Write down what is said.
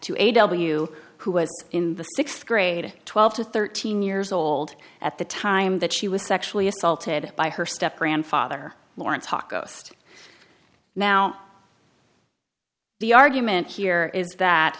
to a w who was in the sixth grade twelve to thirteen years old at the time that she was sexually assaulted by her step grandfather lawrence hawk ghost now the argument here is that